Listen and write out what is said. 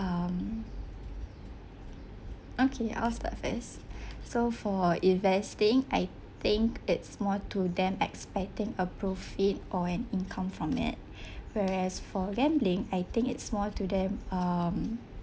um okay I'll start first so for investing I think it's more to them expecting a profit or an income from it whereas for gambling I think it's more to them um